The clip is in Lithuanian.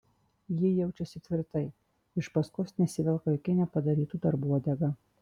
ji jaučiasi tvirtai iš paskos nesivelka jokia nepadarytų darbų uodega